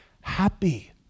happy